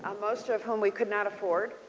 um most of whom we could not afford